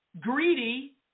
greedy